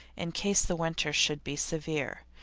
in case the winter should be severe.